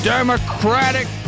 Democratic